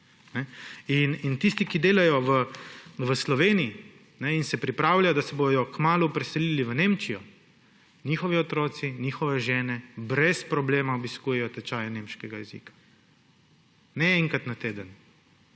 Tisti, ki delajo v Sloveniji in se pripravljajo, da se bodo kmalu preselili v Nemčijo, njihovi otroci, njihove žene brez problema obiskujejo tečaj nemškega jezika. Ne enkrat na teden,